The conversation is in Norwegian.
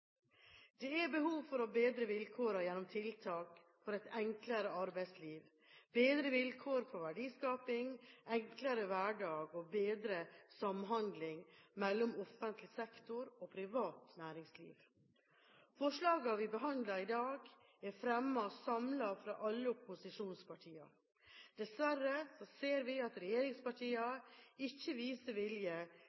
Det er behov for å bedre vilkårene gjennom tiltak for et enklere arbeidsliv, bedre vilkår for verdiskaping, enklere hverdag og bedre samhandling mellom offentlig sektor og privat næringsliv. Forslagene vi behandler i dag, er fremmet samlet fra alle opposisjonspartiene. Dessverre ser vi at